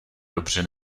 dobře